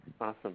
Awesome